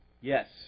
yes